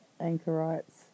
anchorites